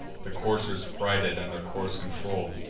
the coursers frighted, and their course controll'd.